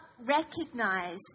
recognize